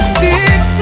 six